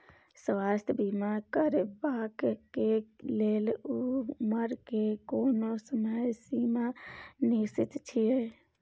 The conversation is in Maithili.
स्वास्थ्य बीमा करेवाक के लेल उमर के कोनो समय सीमा निश्चित छै?